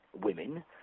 women